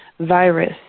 virus